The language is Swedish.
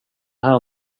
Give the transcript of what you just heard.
här